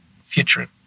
future